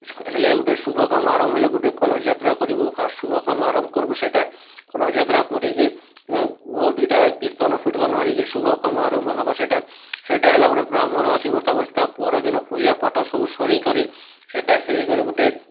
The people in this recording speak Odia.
ହେଲେ ଗୁଟେ ଶୁଭ କାମ ଆରମ୍ଭ ହେଲେ ଗୁଟେ କଲସ୍ ଯାତ୍ରା କରିବୁ ଫାର୍ଷ୍ଟ୍ ଶୁଭ କାମ ଆରମ୍ଭ କରିବୁ ସେଟା କଲସ୍ ଯାତ୍ରା କରିକି ବହୁତ୍ ଇ'ଟା କୀର୍ତ୍ତନ୍ ଫିର୍ତ୍ତନ୍ ଆଣିକି ଶୁଭ କାମ ଆରମ୍ଭ ହେବ ସେଟା ସେଟା ହେଲା ଗୁଟେ ବ୍ରାହ୍ମଣ ଆସିବ ତା'ପରେ ତା ପରଦିନ ପୂଜା ପାଠ ସବୁ ସରିକରି ସେଟା ହେଇକରି ଗୁଟେ